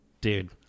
Dude